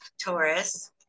Taurus